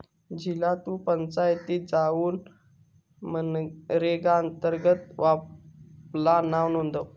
झिला तु पंचायतीत जाउन मनरेगा अंतर्गत आपला नाव नोंदव